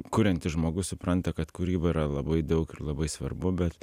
kuriantis žmogus supranta kad kūryba yra labai daug ir labai svarbu bet